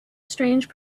strange